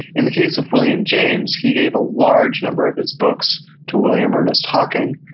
in the case of william james, he gave a large number of his books to william ernest hocking,